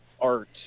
art